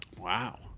Wow